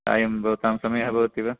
सायं भवतां समयः भवति वा